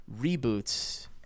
reboots